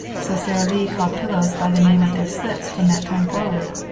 so sara lee called pillows by the name of their slips from that time forward!